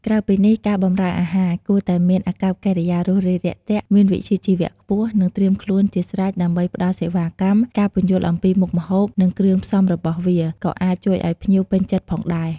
ក្រៅពីនេះ ការបម្រើអាហារ គួរតែមានអាកប្បកិរិយារួសរាយរាក់ទាក់ មានវិជ្ជាជីវៈខ្ពស់ និងត្រៀមខ្លួនជាស្រេចដើម្បីផ្តល់សេវាកម្ម ការពន្យល់អំពីមុខម្ហូប និងគ្រឿងផ្សំរបស់វា ក៏អាចជួយឲ្យភ្ញៀវពេញចិត្តផងដែរ។